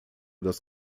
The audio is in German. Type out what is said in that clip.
das